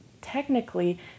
technically